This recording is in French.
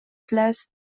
place